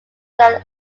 than